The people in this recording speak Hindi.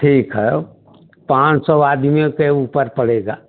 ठीक है पाँच सौ आदमियों के ऊपर पड़ेगा